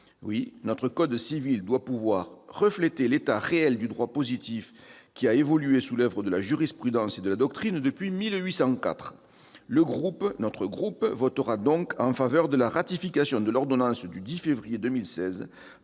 Oui, notre code civil doit pouvoir refléter l'état réel du droit positif, qui a évolué sous l'oeuvre de la jurisprudence et de la doctrine depuis 1804. Notre groupe votera donc en faveur de la ratification de l'ordonnance du 10 février 2016